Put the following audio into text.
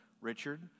Richard